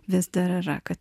vis dar yra kad